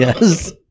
Yes